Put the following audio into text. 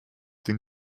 den